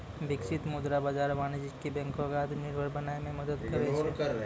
बिकसित मुद्रा बाजार वाणिज्यक बैंको क आत्मनिर्भर बनाय म मदद करै छै